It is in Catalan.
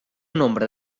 nombre